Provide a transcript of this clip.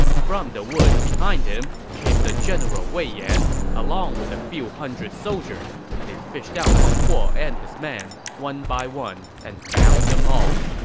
from the woods behind him came the general wei yan along with a few hundred soldiers. they fished out meng huo and his men one by one and bound them all.